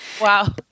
wow